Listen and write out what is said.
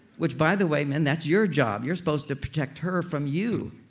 which by the way, men that's your job. your supposed to protect her from you.